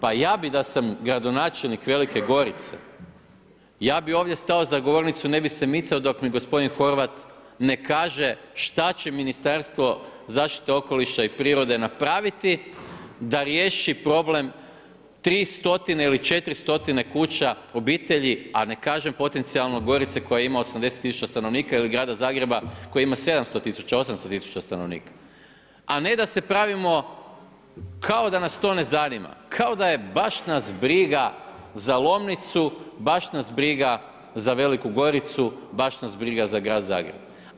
Pa ja bi da sam gradonačelnik Velike Gorice, ja bi ovdje stao za govornicu, ne bi se micao dok mi gospodin Horvat ne kaže šta će Ministarstvo zaštite okoliša i prirode napraviti da riješi problem 300 ili 400 kuća obitelji a ne kažem potencijalno Gorice koja ima 80 000 stanovnika ili grada Zagreba koji ima 700 000, 800 000 stanovnika, a ne da se pravimo kao da nas to ne zanima, kao da baš nas briga za Lomnicu, baš nas briga za Veliku Goricu, baš nas briga za grad Zagreb.